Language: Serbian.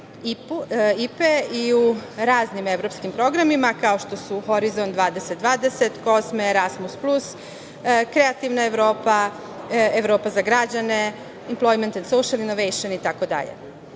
i u raznim evropskim programima, kao što su Horizon 2020, COSME, Erasmus plus, Kreativna Evropa, Evropa za građane, Employment and social innovation itd. Što